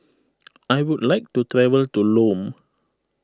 I would like to travel to Lome